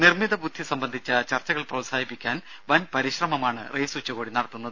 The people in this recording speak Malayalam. നിർമ്മിത ബുദ്ധി സംബന്ധിച്ച ചർച്ചകൾ പ്രോത്സാഹിപ്പിക്കാൻ വൻ പരിശ്രമമാണ് റെയ്സ് ഉച്ചകോടി നടത്തുന്നത്